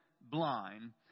blind